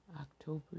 October